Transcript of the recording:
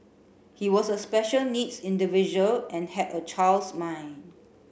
he was a special needs individual and had a child's mind